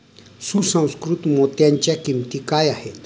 सुसंस्कृत मोत्यांच्या किंमती काय आहेत